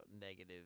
negative